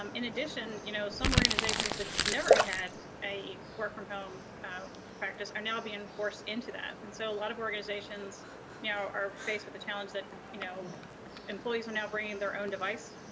um in addition you know some organizations that never had a work from home practice are now being forced into that and so a lot of organizations now are faced with the challenge that you know employees are now bringing their own device